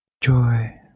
joy